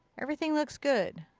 everything looks good.